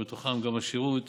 ובתוכם גם השירות